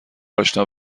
اشنا